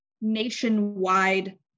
nationwide